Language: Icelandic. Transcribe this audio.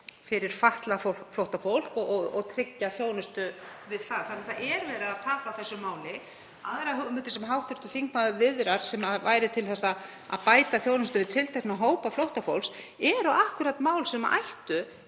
fatlað flóttafólk og tryggja þjónustu við það. Þannig að það er verið að taka á þessu máli. Aðrar hugmyndir sem hv. þingmaður viðrar sem væru til þess að bæta þjónustu við tiltekna hópa flóttafólks eru akkúrat mál sem ættu